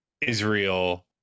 Israel